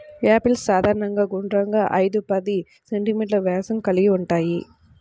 apples సాధారణంగా గుండ్రంగా, ఐదు పది సెం.మీ వ్యాసం కలిగి ఉంటాయి